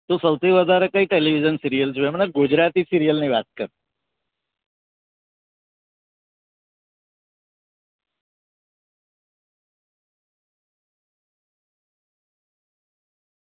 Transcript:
તું સૌથી વધારે કઈ ટેલિવિઝન સિરિયલ જૂએ મને ગુજરાતી સિરિયલની વાત કર